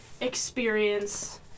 experience